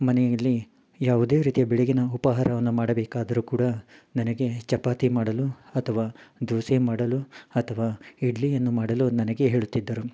ಮನೆಯಲ್ಲಿ ಯಾವುದೇ ರೀತಿಯ ಬೆಳಗಿನ ಉಪಹಾರವನ್ನು ಮಾಡಬೇಕಾದರೂ ಕೂಡ ನನಗೆ ಚಪಾತಿ ಮಾಡಲು ಅಥವಾ ದೋಸೆ ಮಾಡಲು ಅಥವಾ ಇಡ್ಲಿಯನ್ನು ಮಾಡಲು ನನಗೇ ಹೇಳುತ್ತಿದ್ದರು